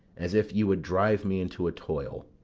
as if you would drive me into a toil?